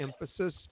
emphasis